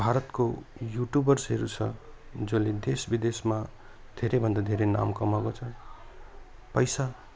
भारतको युटुबर्सहरू छ जसले देश विदेशमा धेरै भन्दा धेरै नाम कमाएको छ पैसा